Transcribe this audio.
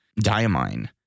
Diamine